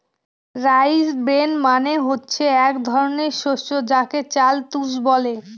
rice bran মানে হচ্ছে এক ধরনের শস্য যাকে চাল তুষ বলে